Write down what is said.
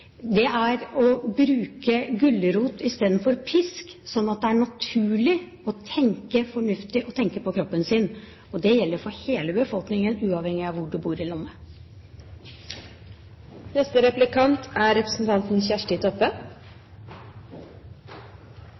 Det er å bruke gulrot i stedet for pisk, sånn at det er naturlig å tenke fornuftig og tenke på kroppen sin. Det gjelder for hele befolkningen uavhengig av hvor man bor i landet.